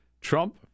Trump